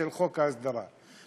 חוק ההסדרה.